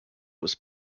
was